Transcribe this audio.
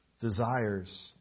desires